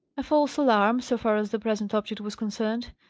a false alarm, so far as the present object was concerned.